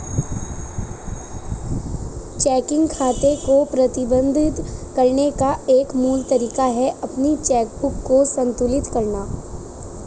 checking खाते को प्रबंधित करने का एक मूल तरीका है अपनी चेकबुक को संतुलित करना